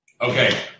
Okay